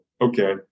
okay